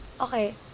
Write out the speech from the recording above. okay